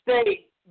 State